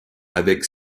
avec